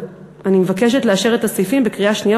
אני מבקשת לאשר את הסעיפים בקריאה השנייה